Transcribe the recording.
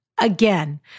Again